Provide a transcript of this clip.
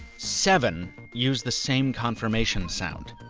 seven use the same confirmation sound.